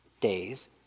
days